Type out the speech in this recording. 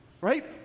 right